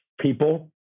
people